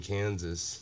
Kansas